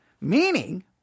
meaning